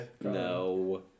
No